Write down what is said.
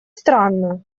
странно